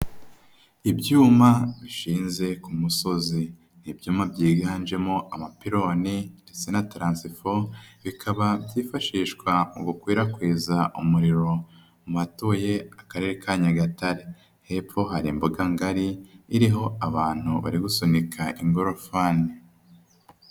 Ibyuma bishinze ku musozi. Ibyuma byiganjemo amapironi, ndetse na taransifo, bikaba byifashishwa mu gukwirakwiza umuriro mu batuye mu Karere ka Nyagatare. Hepfo hari imbuga ngari iriho abantu bari gusunika ingorofani.